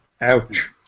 ouch